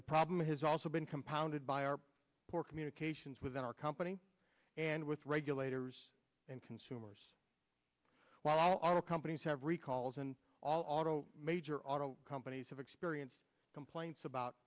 the problem has also been compounded by our poor communications within our company and with regulators and consumers while auto companies have recalls and all auto major auto companies have experienced complaints about